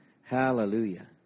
Hallelujah